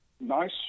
nice